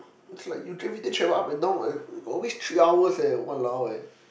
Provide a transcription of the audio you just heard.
it's like you everyday travel up and down like waste three hours eh !walao! eh